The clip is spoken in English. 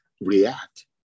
react